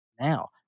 now